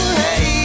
hey